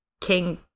king